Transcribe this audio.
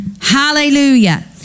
Hallelujah